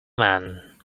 man